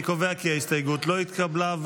אני קובע כי ההסתייגות לא התקבלה.